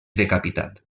decapitat